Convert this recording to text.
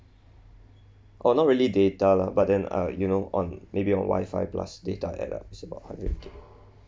oh not really data lah but then uh you know on maybe on wifi plus data at uh it's about hundred